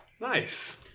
Nice